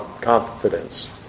confidence